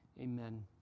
Amen